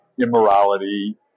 immorality